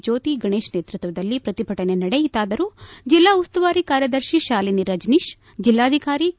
ಜ್ಲೋತಿ ಗಣೇಶ್ ನೇತೃತ್ವದಲ್ಲಿ ಪ್ರತಿಭಟನೆ ನಡೆಯಿತಾದರೂ ಜಿಲ್ಲಾ ಉಸ್ತುವಾರಿ ಕಾರ್ಯದರ್ಶಿ ಶಾಲಿನಿ ರಜನೀಶ್ ಜಿಲ್ಲಾಧಿಕಾರಿ ಕೆ